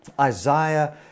Isaiah